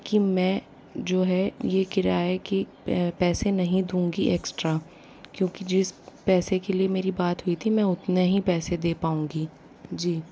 कि मैं जो है यह किराए की पैसे नहीं दूँगी एक्स्ट्रा क्योंकि जिस पैसे के लिए मेरी बात हुई थी मैं उतने ही पैसे दे पाऊँगी जी